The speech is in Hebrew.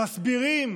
מסבירים